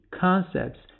concepts